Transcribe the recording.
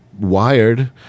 wired